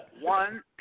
One